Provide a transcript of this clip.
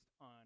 on